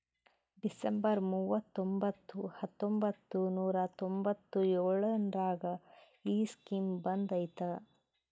December ಮೂವತೊಂಬತ್ತು ಹತ್ತೊಂಬತ್ತು ನೂರಾ ತೊಂಬತ್ತು ಎಳುರ್ನಾಗ ಈ ಸ್ಕೀಮ್ ಬಂದ್ ಐಯ್ತ